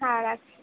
হ্যাঁ রাখছি